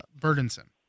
burdensome